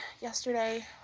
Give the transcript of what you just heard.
yesterday